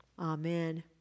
Amen